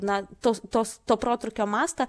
na tos tos to protrūkio mastą